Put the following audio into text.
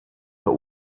but